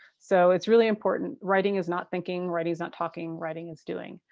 so it's really important. writing is not thinking. writing is not talking. writing is doing.